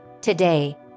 Today